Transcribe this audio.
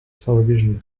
television